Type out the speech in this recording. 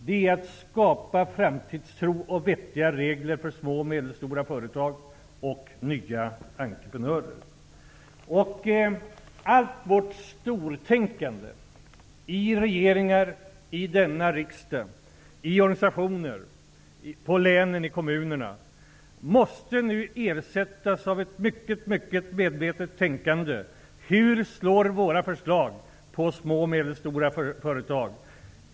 Det är att skapa framtidstro och vettiga regler för små och medelstora företag och nya entreprenörer. Allt ''stortänkande'' i regeringen, i denna riksdag, i organisationer, i länen och i kommunerna måste nu ersättas av ett mycket medvetet tänkande. Hur slår våra förslag på små och medelstora företag?